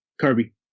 Kirby